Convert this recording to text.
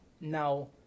Now